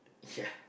yeah